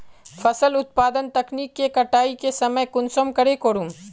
फसल उत्पादन तकनीक के कटाई के समय कुंसम करे करूम?